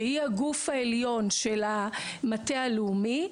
שהיא הגוף העליון של המטה הלאומי,